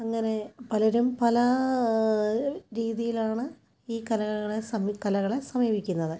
അങ്ങനെ പലരും പലാ രീതിയിലാണ് ഈ കലകളെ സമി കലകളെ സമീപിക്കുന്നത്